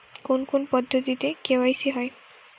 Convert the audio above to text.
কোন কোন পদ্ধতিতে কে.ওয়াই.সি হয়?